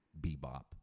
Bebop